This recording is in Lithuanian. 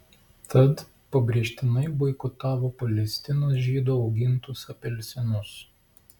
tad pabrėžtinai boikotavo palestinos žydų augintus apelsinus